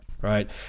right